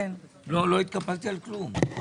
לא התקפלתי על כלום.